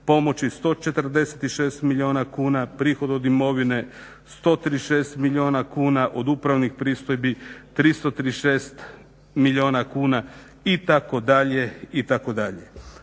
pomoći 146 milijuna kuna, prihod od imovine 136 milijuna kuna, od upravnih pristojbi 336 milijuna kuna, itd.